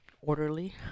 orderly